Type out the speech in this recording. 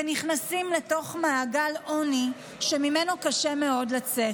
ונכנסים לתוך מעגל עוני שממנו קשה מאוד לצאת.